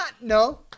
No